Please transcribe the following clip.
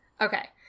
Okay